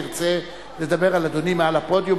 ירצה אדוני לדבר מעל הפודיום,